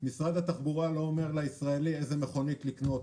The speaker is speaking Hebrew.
משרד התחבורה לא אומר לישראלי איזו מכונית לקנות,